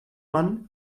man